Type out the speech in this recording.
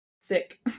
Sick